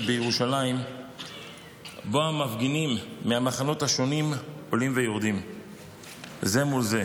בירושלים שבו המפגינים מהמחנות השונים עולים ויורדים זה מול זה.